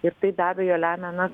ir tai be abejo lemia na